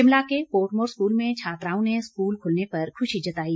शिमला के Portmore school में छात्राओं ने स्कूल खुलने पर खुशी जताई